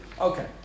Okay